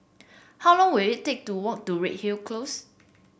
how long will it take to walk to Redhill Close